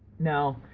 now,